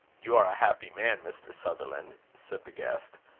you are a happy man, mr. sutherland, said the guest,